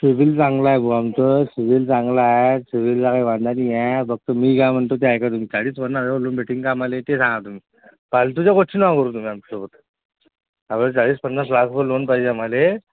CIBIL चांगला आहेे भाऊ आमचं सिबिल चांगला आहे सिबिलला काही वांधा नाही आहे फक्त मी काय म्हणतो ते ऐका तुम्ही चाळीस पन्नास लाख लोन भेटेल का आम्हाला ते सांगा तुम्ही फालतूच्या गोष्टी नका करू तुम्ही आमच्यासोबत आपल्याला चाळीस पन्नास लाख रुपये लोन पाहिजे मला